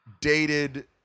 dated